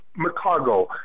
McCargo